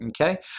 Okay